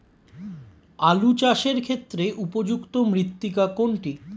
আলু চাষের ক্ষেত্রে উপযুক্ত মৃত্তিকা কোনটি?